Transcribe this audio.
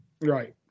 Right